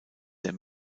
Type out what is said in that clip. der